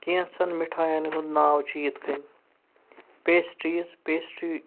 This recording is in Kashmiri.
کیٚنٛژھَن مِٹھایَن ہُنٛد ناو چھِ یِتھٕ کٔنۍ پیشٹریٖز پیشٹری